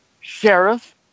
sheriff